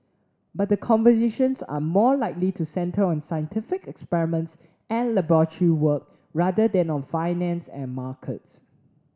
but the conversations are more likely to centre on scientific experiments and laboratory work rather than on finance and markets